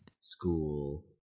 school